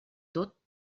tot